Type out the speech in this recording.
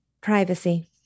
Privacy